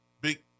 Big